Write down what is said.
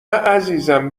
عزیزم